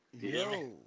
Yo